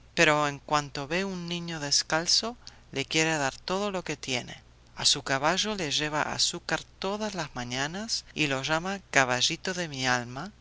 pero en cuanto ve un niño descalzo le quiere dar todo lo que tiene a su caballo le lleva azúcar todas las mañanas y lo llama caballito de mi alma